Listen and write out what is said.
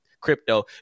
Crypto